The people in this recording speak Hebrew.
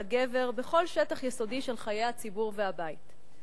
הגבר בכל שטח יסודי של חיי הציבור והבית.